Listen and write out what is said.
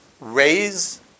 raise